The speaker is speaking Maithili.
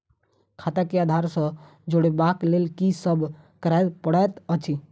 खाता केँ आधार सँ जोड़ेबाक लेल की सब करै पड़तै अछि?